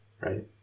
Right